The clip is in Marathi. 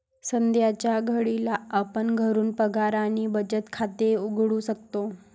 सध्याच्या घडीला आपण घरून पगार आणि बचत खाते उघडू शकतो